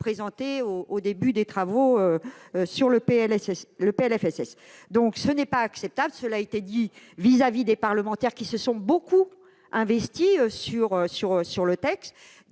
présentée au début des travaux sur le PLFSS. Ce n'est pas acceptable vis-à-vis des parlementaires, lesquels se sont beaucoup investis sur le texte,